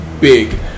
big